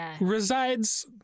resides